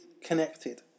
connected